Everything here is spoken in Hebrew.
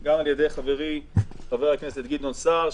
גם על-ידי חברי חבר הכנסת גדעון סער,